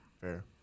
fair